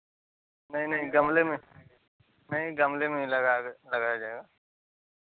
नहीं नहीं गमले में नहीं गमले में ही लगा दे लगाया जाएगा